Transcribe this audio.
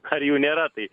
ar jų nėra tai